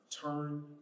Turn